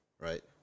right